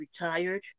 retired